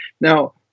Now